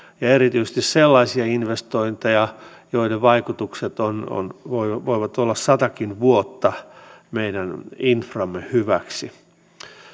ja erityisesti sellaisia investointeja joiden vaikutukset voivat voivat olla satakin vuotta meidän inframme hyväksi